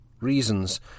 Reasons